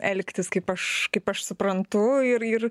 elgtis kaip aš kaip aš suprantu ir ir